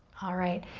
alright,